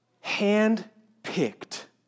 hand-picked